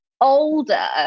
older